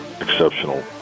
exceptional